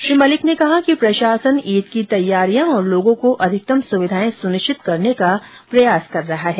श्री मलिक ने कहा कि प्रशासन ईद की तैयारियां और लोगों को अधिकतम सुविधाएं सुनिश्चित करने का प्रयास कर रहा है